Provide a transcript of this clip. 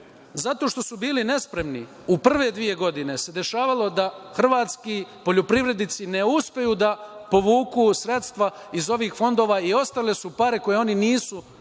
Zato što su bili nespremni, u prve dve godine se dešavalo da hrvatski poljoprivrednici ne uspeju da povuku sredstva iz ovih fondova i ostale su pare koje oni nisu mogli